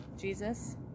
Jesus